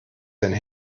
sein